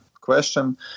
question